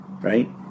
right